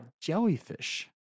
jellyfish